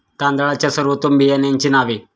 तांदळाच्या सर्वोत्तम बियाण्यांची नावे?